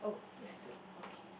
oh you have two okay